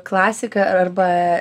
klasiką arba